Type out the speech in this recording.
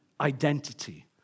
Identity